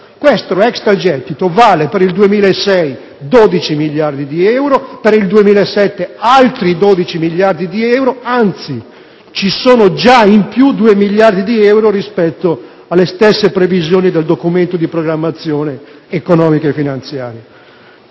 Questo extragettito vale per il 2006 12 miliardi di euro, per il 2007 altri 12 miliardi di euro; anzi, ci sono già in più 2 miliardi di euro rispetto alle stesse previsioni del Documento di programmazione economico-finanziaria.